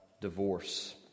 divorce